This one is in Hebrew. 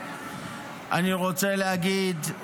אני רוצה להגיד,